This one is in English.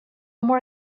more